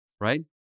right